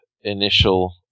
initial